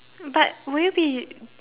but will you be